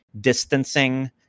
distancing